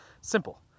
Simple